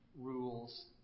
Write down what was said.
rules